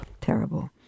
terrible